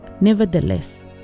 Nevertheless